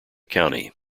county